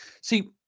See